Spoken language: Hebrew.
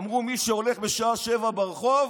אמרו שמי שהולך בשעה 19:00 ברחוב,